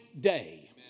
day